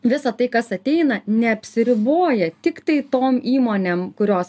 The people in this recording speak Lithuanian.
visa tai kas ateina neapsiriboja tiktai tom įmonėm kurios